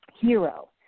Hero